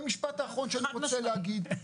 והמשפט האחרון שאני רוצה להגיד,